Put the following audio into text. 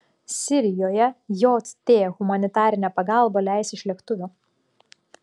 sirijoje jt humanitarinę pagalbą leis iš lėktuvo